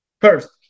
First